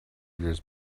years